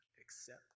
accept